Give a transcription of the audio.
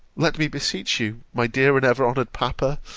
let me beseech you, my dear and ever-honoured papa,